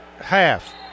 half